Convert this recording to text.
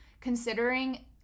considering